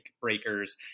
breakers